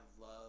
love